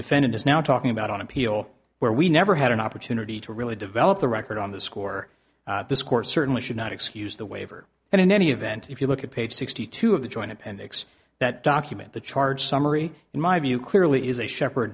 defendant is now talking about on appeal where we never had an opportunity to really develop the record on that score this court certainly should not excuse the waiver and in any event if you look at page sixty two of the joint appendix that document the charge summary in my view clearly is a shepherd